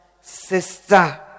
sister